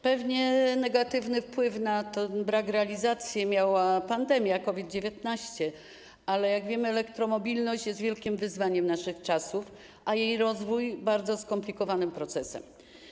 Pewnie negatywny wpływ na brak realizacji miała pandemia COVID-19, ale jak wiemy, elektromobilność jest wielkim wyzwaniem naszych czasów, a jej rozwój - bardzo skomplikowanym procesem.